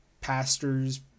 pastors